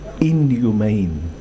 inhumane